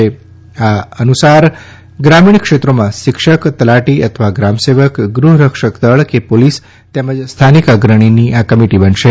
તદ્દઅનુસાર ગ્રામીણ ક્ષેત્રોમાં શિક્ષક તલાટી અથવા ગ્રામસેવક ગૃહ રક્ષકદળ કે પોલીસ તેમજ સ્થાનિક અગ્રણીની આ કમિટી બનશે